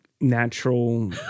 natural